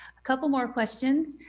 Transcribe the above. a couple more questions.